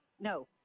no